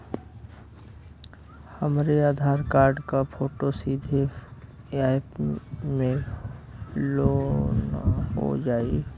हमरे आधार कार्ड क फोटो सीधे यैप में लोनहो जाई?